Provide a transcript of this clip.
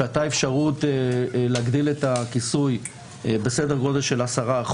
שהייתה אפשרות להגדיל את הכיסוי בסדר גודל של 10%,